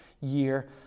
year